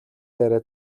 дээрээ